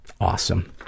Awesome